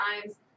times